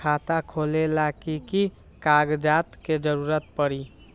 खाता खोले ला कि कि कागजात के जरूरत परी?